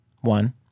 One